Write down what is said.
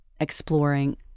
exploring